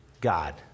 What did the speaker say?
God